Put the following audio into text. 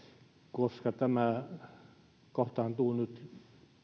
koska tämä kohtaantuu nyt